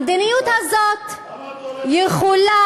המדיניות הזאת יכולה,